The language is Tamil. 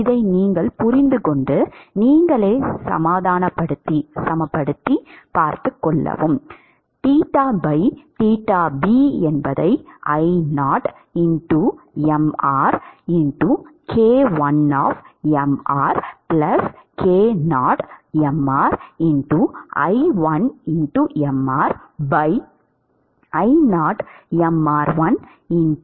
இதை நீங்கள் புரிந்துகொண்டு நீங்களே சமாதானப்படுத்திக் கொள்ள வேண்டும்